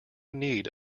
need